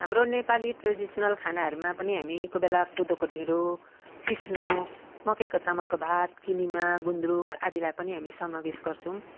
हाम्रो नेपाली ट्रेडिसनल खानाहरूमा पनि हामी कोही बेला कोदोको ढिँडो सिस्नु मकैको चामलको भात किनेमा गुन्द्रुक आदिलाई पनि हामी समावेश गर्छौँ